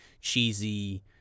cheesy